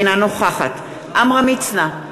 אינה נוכחת עמרם מצנע,